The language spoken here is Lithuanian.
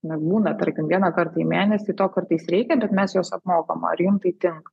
na būna tarkim vieną kartą į mėnesį to kartais reikia bet mes juos apmokam ar jum tai tinka